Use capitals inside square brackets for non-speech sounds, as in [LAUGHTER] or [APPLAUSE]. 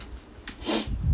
[NOISE]